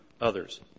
others